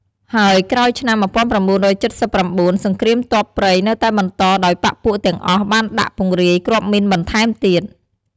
ហើយក្រោយឆ្នាំ ១៩៧៩ សង្រ្គាមទ័ពព្រៃនៅតែបន្តដោយបក្សពួកទាំងអស់បានដាក់ពង្រាយគ្រាប់មីនបន្ថែមទៀត។